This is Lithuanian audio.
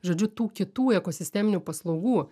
žodžiu tų kitų ekosisteminių paslaugų